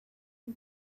who